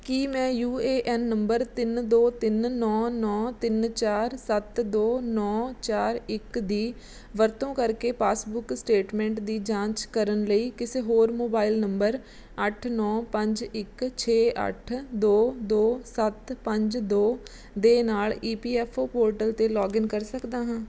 ਕੀ ਮੈਂ U A N number ਤਿੰਨ ਦੋ ਤਿੰਨ ਨੌਂ ਨੌਂ ਤਿੰਨ ਚਾਰ ਸੱਤ ਦੋ ਨੌਂ ਚਾਰ ਇੱਕ ਦੀ ਵਰਤੋਂ ਕਰਕੇ ਪਾਸਬੁੱਕ ਸਟੇਟਮੈਂਟ ਦੀ ਜਾਂਚ ਕਰਨ ਲਈ ਕਿਸੇ ਹੋਰ ਮੋਬਾਈਲ ਨੰਬਰ ਅੱਠ ਨੌਂ ਪੰਜ ਇੱਕ ਛੇ ਅੱਠ ਦੋ ਦੋ ਸੱਤ ਪੰਜ ਦੋ ਦੇ ਨਾਲ E P F O portal 'ਤੇ ਲੌਗਇਨ ਕਰ ਸਕਦਾ ਹਾਂ